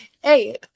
Hey